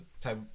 type